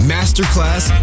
Masterclass